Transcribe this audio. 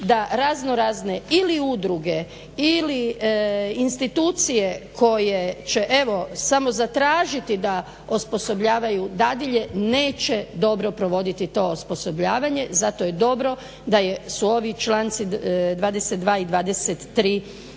da raznorazne ili udruge ili institucije koje će evo samo zatražiti da osposobljavaju dadilje neće dobro provoditi to osposobljavanje, zato je dobro da su ovi članci 22.i 23.regulirani.